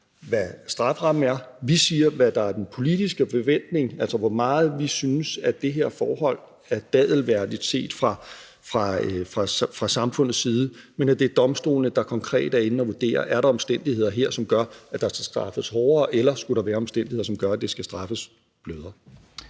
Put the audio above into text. hvad strafferammen er, og vi siger, hvad der er den politiske forventning, altså hvor meget vi synes det her forhold er dadelværdigt set fra samfundets side, men at det er domstolene, der konkret er inde at vurdere, om der her er omstændigheder, som gør, at der skal straffes hårdere, eller om der skulle være omstændigheder, der gør, at det skal straffes mildere.